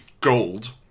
gold